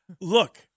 Look